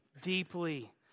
deeply